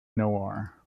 noir